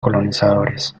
colonizadores